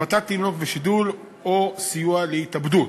המתת תינוק ושידול או סיוע להתאבדות.